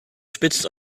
spitzt